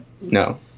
No